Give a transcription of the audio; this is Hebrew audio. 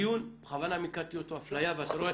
הדיון, בכוונה מיקדתי אותו, אפליה.